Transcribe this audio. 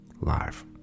live